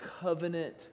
covenant